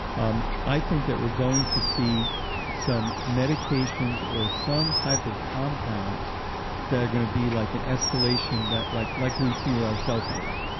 um i think that we're going to see some medications or some type of compounds that are going to be like in escalation, like like we see with our cell phones.